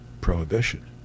Prohibition